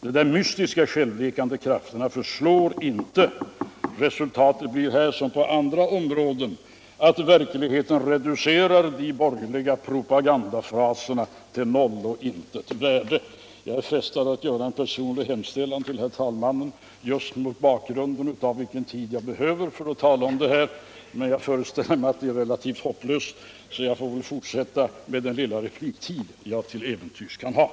De mystiska självläkande krafterna förslår inte. Resultatet blir här som på andra områden att verkligheten reducerar de borgerliga propagandafraserna till noll och intet värde. Jag är frestad att göra en personlig hemställan till herr talmannen just mot bakgrund av vilken tid jag behöver för att tala om detta. Men jag föreställer mig att det är relativt hopplöst. så jag får väl fortsätta med den lilla repliktid jag till äventyrs kan ha.